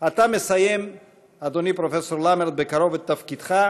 אתה מסיים בקרוב, אדוני פרופסור למרט, את תפקידך.